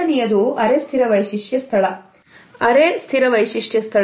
ಎರಡನೆಯದು ಅರೆ ಸ್ಥಿರ ವೈಶಿಷ್ಟ್ಯ ಸ್ಥಳ